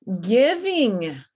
giving